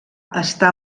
estar